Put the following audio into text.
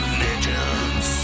legends